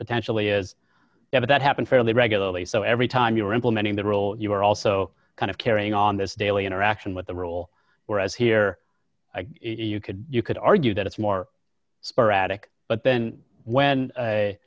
potentially as ever that happened fairly regularly so every time you were implementing the role you were also kind of carrying on this daily interaction with the rule whereas here you could you could argue that it's more sporadic but then when